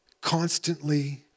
constantly